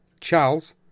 Charles